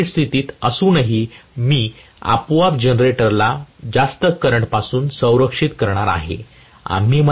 short circuit स्थितीत असूनही मी आपोआप जनरेटरला जास्त करंटपासून संरक्षित करणार आहे